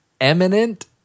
Eminent